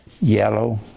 yellow